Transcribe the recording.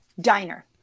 Diner